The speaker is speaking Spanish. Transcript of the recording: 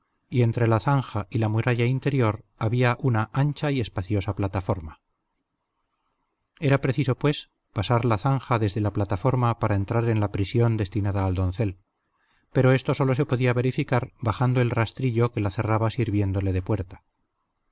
y entre la zanja y la muralla interior había una ancha y espaciosa plataforma era preciso pues pasar la zanja desde la plataforma para entrar en la prisión destinada al doncel pero esto sólo se podía verificar bajando el rastrillo que la cerraba sirviéndole de puerta